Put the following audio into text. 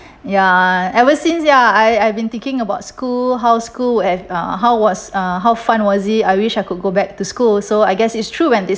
ya ever since ya I I've been thinking about school how's school have uh how was uh how fun was it I wish I could go back to school so I guess it's true and this